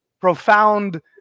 profound